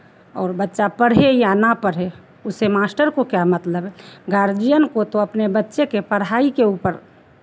और बच्चा पढे़ या ना पढ़े उससे मास्टर को क्या मतलब है गार्जियन को तो अपने बच्चे के पढ़ाई के ऊपर